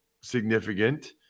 significant